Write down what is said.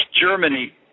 Germany